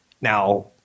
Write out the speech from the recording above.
Now